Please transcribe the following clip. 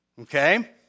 okay